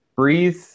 breathe